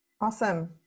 Awesome